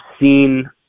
seen